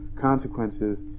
consequences